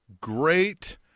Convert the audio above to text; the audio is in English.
great